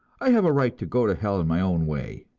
i have a right to go to hell in my own way.